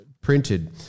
printed